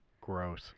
Gross